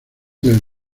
del